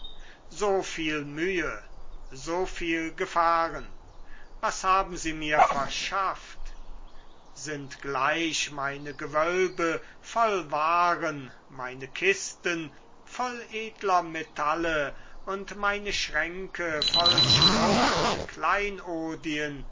so viel mühe so viel gefahren was haben sie mir verschafft sind gleich meine gewölbe voll waren meine kisten voll edler metalle und meine schränke voll schmuck und kleinodien